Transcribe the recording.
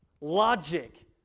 logic